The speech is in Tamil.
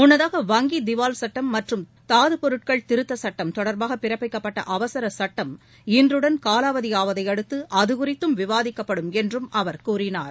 முன்னதாக வங்கி திவால் சட்டம் மற்றும் தாது பொருட்கள் திருத்த சட்டம் தொடர்பாக பிறப்பிக்கப்பட்ட அவசரா சுட்டம் இன்றுடன் காவாவதி ஆவதை அடுத்து அது அது குறித்தும் விவாதிக்கப்படும் என்றும் அவர் கூறினார்